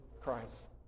Christ